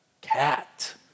cat